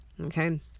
Okay